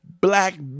black